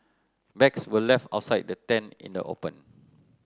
bags were left outside the tent in the open